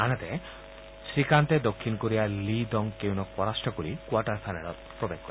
আনহাতে শ্ৰীকান্তে দক্ষিণ কোৰিয়াৰ লী ডং কেউনক পৰাজিত কৰি কোৱাৰ্টাৰ ফাইনেলত প্ৰৱেশ কৰে